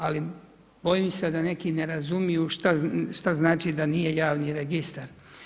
Ali bojim se da neki ne razumiju šta znači da nije javni registar.